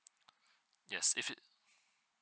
yes if it